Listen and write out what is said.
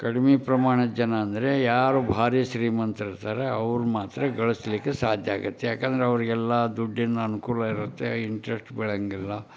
ಕಡಿಮೆ ಪ್ರಮಾಣದ ಜನ ಅಂದರೆ ಯಾರು ಭಾರಿ ಶ್ರೀಮಂತರಿರ್ತಾರೆ ಅವ್ರು ಮಾತ್ರ ಗಳಿಸಲಿಕ್ಕೆ ಸಾಧ್ಯ ಆಗುತ್ತೆ ಯಾಕೆಂದ್ರೆ ಅವರಿಗೆಲ್ಲ ದುಡ್ಡಿನ ಅನುಕೂಲ ಇರುತ್ತೆ ಇಂಟ್ರೆಸ್ಟ್ ಬೆಳೆಯೋಂಗಿಲ್ಲ